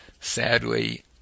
sadly